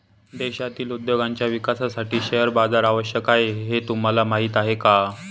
देशातील उद्योगांच्या विकासासाठी शेअर बाजार आवश्यक आहे हे तुम्हाला माहीत आहे का?